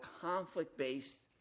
conflict-based